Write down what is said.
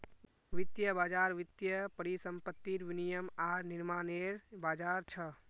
वित्तीय बज़ार वित्तीय परिसंपत्तिर विनियम आर निर्माणनेर बज़ार छ